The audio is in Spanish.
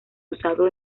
usado